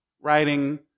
writing